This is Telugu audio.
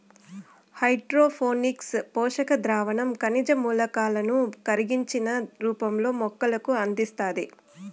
హైడ్రోపోనిక్స్ పోషక ద్రావణం ఖనిజ మూలకాలను కరిగించిన రూపంలో మొక్కలకు అందిస్తాది